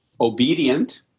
Obedient